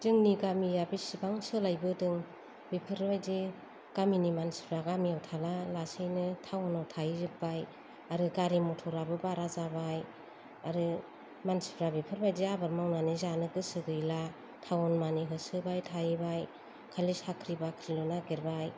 जोंनि गामिया बेसेबां सोलायबोदों बेफोरबायदि गामिनि मानसिफोरा गामियाव थाया लासेनो टाउनाव थाहैजोब्बाय आरो गारि मथराबो बारा जाबाय आरो मानसिफोरा बेफोर बायदि आबाद मावनानै जानो गोसो गैला टाउन मानि होसोबाय थाहैबाय खालि साख्रि बाख्रिल' नागिरबाय